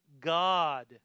God